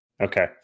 Okay